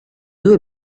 due